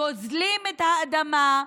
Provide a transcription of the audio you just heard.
גוזלים את האדמה,